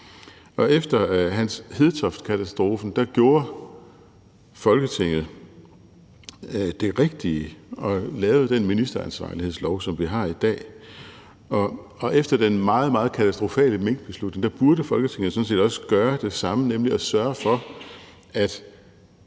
Efter Hans Hedtoft-katastrofen gjorde Folketinget det rigtige og lavede den ministeransvarlighedslov, som vi har i dag, og efter den meget, meget katastrofale minkbeslutning burde Folketinget sådan set gøre det samme, nemlig sørge for, at